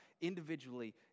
individually